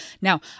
Now